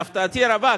להפתעתי הרבה,